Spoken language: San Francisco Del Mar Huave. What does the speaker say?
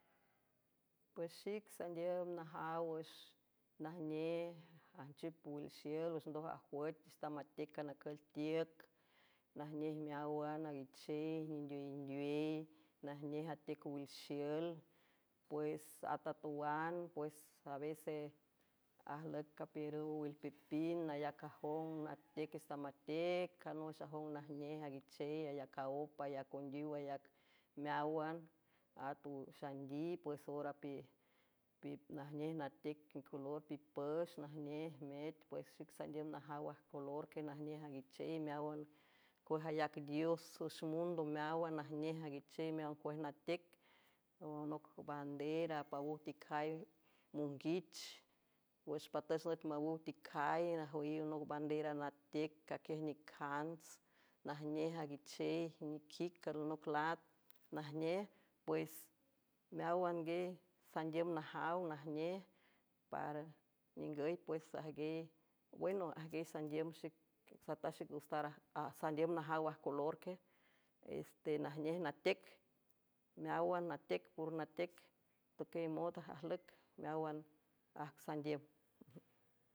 Pues xic sandiüm najaw wüx najnej ajnchiüp owilxiül wüx ndoj ajuüech istamatec canacül tiüc najnej meáwan aguichey nindway indwey najnej atec owilxiül pues at atowan pues avese ajlüc capiiürüw wilpipind nayac ajong natec istamatec canox ajong najnej aguichey ayac aópa y acondiw ayac meáwan at xandiy pues ora najnej natec color pipüx najnej met pues xic sandiüm najaw ajcolorque najnej aguichey meáwan cuej ayac dios wüx mundo meáwan najnej aguichey mewan cuej natec onoc bandera apmawüw ticay monguich wüx patüch nüt mawüw ticay ajwüyiw noc bandera natec caquiej nic cants najnej aguichey niquic alinoc lat najnej pues meáwan guey sandiüm najaw najnej para ningüy pues weno ajguiay sandiüm sataj xic rsandiüm najaw ajcolorque es te najnej natec meáwan natec por natec teqüy modajlüc meáwan asandiüm.